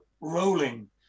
rolling